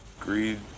Greed